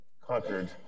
conquered